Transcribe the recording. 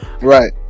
Right